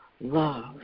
love